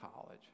college